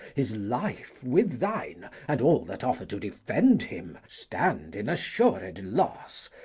his life, with thine, and all that offer to defend him, stand in assured loss.